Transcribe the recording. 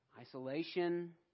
isolation